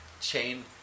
chain